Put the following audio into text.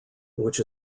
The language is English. which